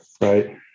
right